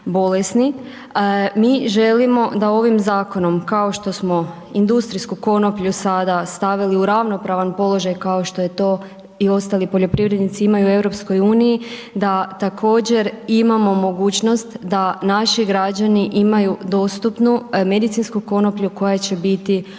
Mi želimo da ovim zakonom, kao što smo industrijsku konoplju sada stavili u ravnopravan položaj, kao što je to i ostali poljoprivrednici imaju u EU, da također imamo mogućnost da naši građani imaju dostupnu medicinsku konoplju koja će biti uzgojena